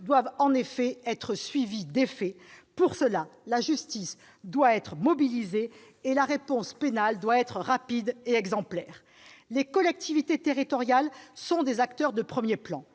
doivent être suivies d'effet. Pour cela, la justice doit être mobilisée et la réponse pénale rapide et exemplaire. Les collectivités territoriales sont des acteurs de premier plan.